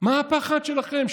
מה הפחד שלכם,